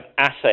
asset